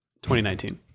2019